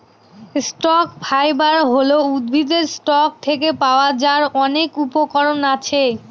stock fibre হল উদ্ভিদের stock থেকে পাওয়া যার অনেক উপকরণ আছে